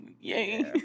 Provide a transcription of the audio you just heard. Yay